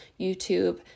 YouTube